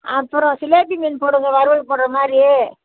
அப்புறம் சிலேபி மீன் போடுங்க வறுவல் போடுற மாதிரி